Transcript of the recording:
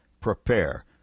prepare